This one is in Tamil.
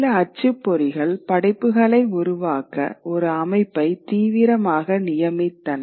சில அச்சுப்பொறிகள் படைப்புகளை உருவாக்க ஒரு அமைப்பை தீவிரமாக நியமித்தன